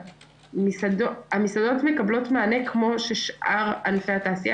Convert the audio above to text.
המסעדות מקבלות מענה כמו ששאר ענפי התעשייה.